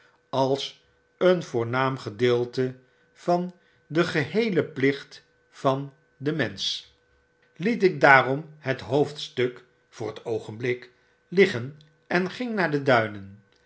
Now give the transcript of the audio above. als een voornaam gedeelte van de geheele plicht van den mensch liet ik daarom het hoofdstuk voor het oogenblik liggen en ging naar de duinen